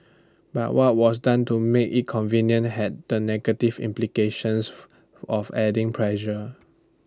but what was done to make IT convenient had the negative implications of adding pressure